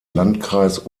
landkreis